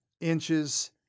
inches